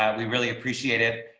we really appreciate it.